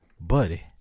Buddy